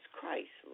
Christ